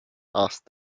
asked